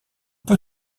peut